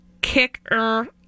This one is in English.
kicker